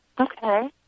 Okay